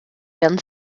werden